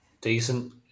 decent